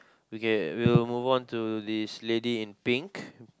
okay we will move on to this lady in pink